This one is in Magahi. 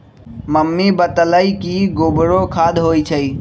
मम्मी बतअलई कि गोबरो खाद होई छई